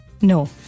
No